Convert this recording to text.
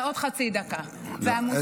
עוד דקה זה הרבה.